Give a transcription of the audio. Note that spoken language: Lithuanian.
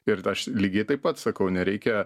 ir aš lygiai taip pat sakau nereikia